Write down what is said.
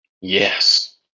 Yes